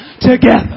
together